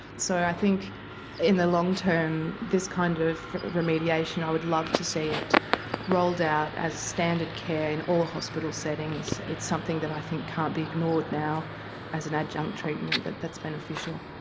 so i think in the long term this kind of remediation, i would love to see it rolled out as standard care in all hospital settings. it's something that i think can't be ignored now as an adjunct treatment that's beneficial.